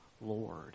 Lord